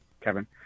Kevin